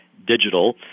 digital